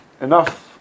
enough